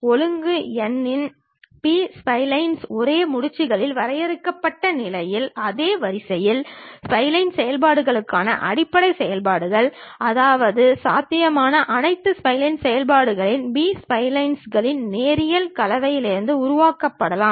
ஒழுங்கு n இன் B splines ஒரே முடிச்சுகளில் வரையறுக்கப்பட்ட அதே வரிசையில் ஸ்ப்லைன் செயல்பாடுகளுக்கான அடிப்படை செயல்பாடுகள் அதாவது சாத்தியமான அனைத்து ஸ்ப்லைன் செயல்பாடுகளும் பி ஸ்ப்லைன்களின் நேரியல் கலவையிலிருந்து உருவாக்கப்படலாம்